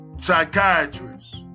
psychiatrist